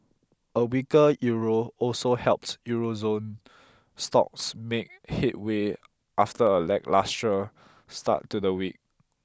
a weaker Euro also helped Euro zone stocks make headway after a lacklustre start to the week